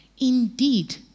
Indeed